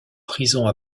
prison